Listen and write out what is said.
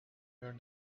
your